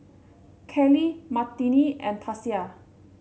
Kylie Martine and Tasia